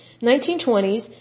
1920s